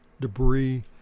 debris